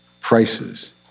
prices